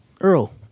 Earl